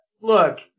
look